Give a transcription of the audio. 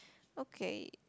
okay